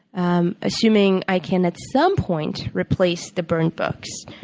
um assuming i can, at some point, replace the burned books,